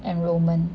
enrolment